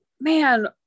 man